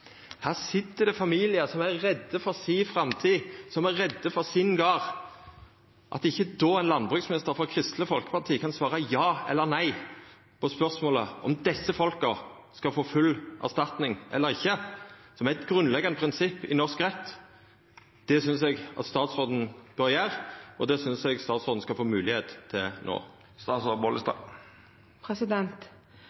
Her sit det familiar som er redde for framtida si, som er redde for garden sin. Eg synest at ein landbruksminister frå Kristeleg Folkeparti bør kunna svara ja eller nei på spørsmålet om desse folka skal få full erstatning eller ikkje, noko som er eit grunnleggjande prinsipp i norsk rett, og det synest eg statsråden skal få moglegheit til no. Statsråden har faktisk svart. Statsråden